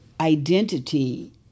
identity